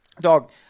Dog